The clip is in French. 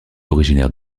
originaire